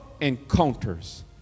Encounters